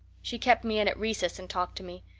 she kept me in at recess and talked to me.